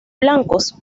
blancos